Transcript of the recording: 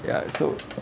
ya so